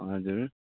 हजुर